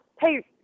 Hey